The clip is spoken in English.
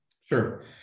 Sure